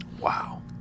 Wow